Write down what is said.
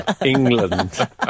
England